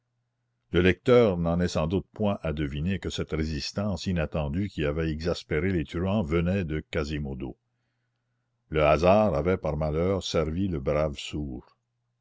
le lecteur n'en est sans doute point à deviner que cette résistance inattendue qui avait exaspéré les truands venait de quasimodo le hasard avait par malheur servi le brave sourd